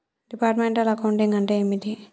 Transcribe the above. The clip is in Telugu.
డిపార్ట్మెంటల్ అకౌంటింగ్ అంటే ఏమిటి?